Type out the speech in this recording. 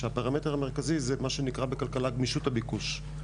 והפרמטר המרכזי הוא מה שנקרא בכלכלה "גמישות הביקוש".